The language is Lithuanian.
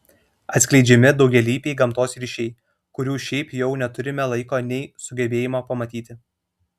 atskleidžiami daugialypiai gamtos ryšiai kurių šiaip jau neturime laiko nei sugebėjimo pamatyti